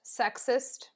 sexist